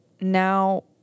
now